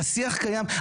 השיח קיים.